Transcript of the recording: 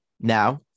Now